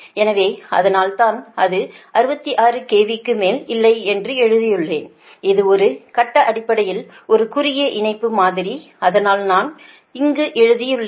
எனவே அதனால்தான் அது 66 KV க்கு மேல் இல்லை என்று எழுதியுள்ளேன் இது ஒரு கட்ட அடிப்படையில் ஒரு குறுகிய இணைப்பு மாதிரி அதனால் தான் நான் இங்கு எழுதியுள்ளேன்